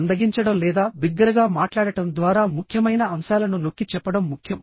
మందగించడం లేదా బిగ్గరగా మాట్లాడటం ద్వారా ముఖ్యమైన అంశాలను నొక్కి చెప్పడం ముఖ్యం